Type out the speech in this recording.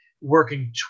working